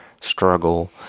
struggle